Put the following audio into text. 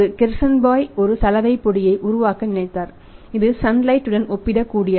கெர்சன்பாய் ஒரு சலவைப் பொடியை உருவாக்க நினைத்தார் இது சன்லைட் உடன் ஒப்பிடக்கூடியது